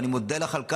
ואני מודה לך על כך,